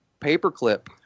Paperclip